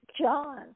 John